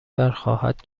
برخواهد